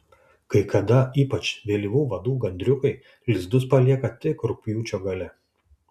kai kada ypač vėlyvų vadų gandriukai lizdus palieka tik rugpjūčio gale